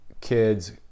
kids